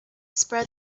spread